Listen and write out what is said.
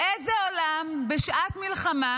באיזה עולם בשעת מלחמה,